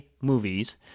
movies